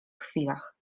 chwilach